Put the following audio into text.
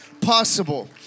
possible